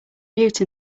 mute